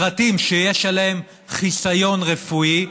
פרטים שיש עליהם חיסיון רפואי,